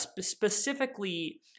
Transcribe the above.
Specifically